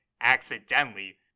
accidentally